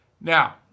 Now